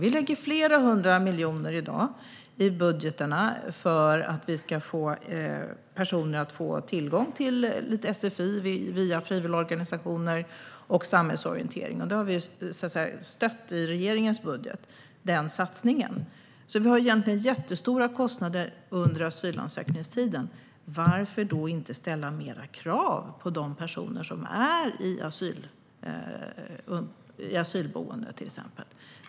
I dag satsas det flera hundra miljoner ur budgetarna för att personer ska få tillgång till sfi via frivilligorganisationer och till samhällsorientering. Den satsningen i regeringens budget har vi stött. Kostnaderna är jättestora under asylsökningstiden. Varför då inte ställa högre krav på de personer som finns till exempel på asylboenden?